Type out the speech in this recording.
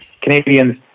Canadians